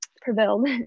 prevailed